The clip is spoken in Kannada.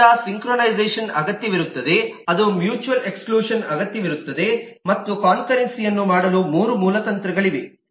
ಆದ್ದರಿಂದ ಸಿಂಕ್ರೊನೈಝೆಶನ್ ಅಗತ್ಯವಿರುತ್ತದೆ ಅದು ಮ್ಯೂಚುವಲ್ ಎಕ್ಸ್ಕ್ಲೂಷನ್ ಅಗತ್ಯವಿರುತ್ತದೆ ಮತ್ತು ಕನ್ಕರೆನ್ಸಿ ಅನ್ನು ಮಾಡಲು ಮೂರು ಮೂಲ ತಂತ್ರಗಳಿವೆ